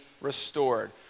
restored